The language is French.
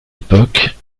époque